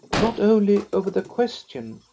not only over the question,